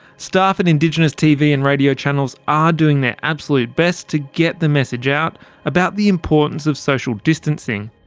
staff at indigenous tv and radio channels are doing their absolute best to get the message out about the importance of social distancing,